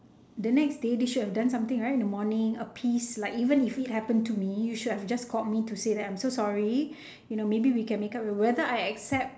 the next day they should have done something right in the morning appease like even if it happen to me you should have just called me to say that I'm so sorry you know maybe we can make up whether I accept